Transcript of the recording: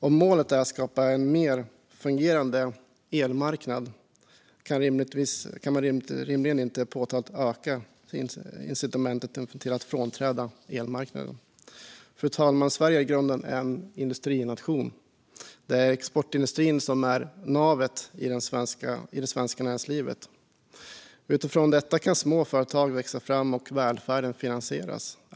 Om målet är att skapa en mer fungerande elmarknad kan man rimligen inte påtagligt öka incitamenten för att frånträda elmarknaden. Fru talman! Sverige är i grunden en industrination. Det är exportindustrin som är navet i det svenska näringslivet. Utifrån detta kan små företag växa fram och välfärden finansieras.